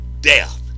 death